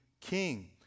king